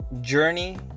journey